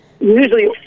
usually